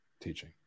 teaching